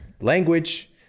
Language